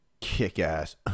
kick-ass